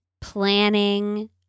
planning